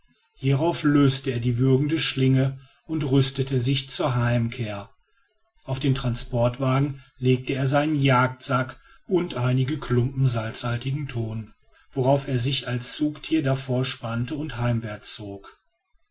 hierauf löste er die würgende schlinge und rüstete sich zur heimkehr auf den transportwagen legte er seinen jagdsack und einige klumpen salzhaltigen thon worauf er sich als zugtier davor spannte und heimwärts zog